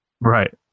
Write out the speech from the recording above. Right